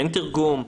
אין תרגום?